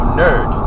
nerd